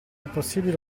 possibile